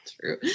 true